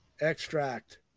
Extract